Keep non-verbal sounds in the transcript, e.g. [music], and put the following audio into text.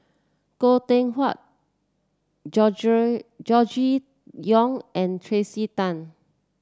Goh Teck Phuan [unintelligible] Gregory Yong and Tracey Tan